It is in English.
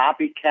Copycat